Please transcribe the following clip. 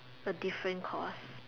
a different course